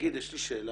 יש לי שאלה.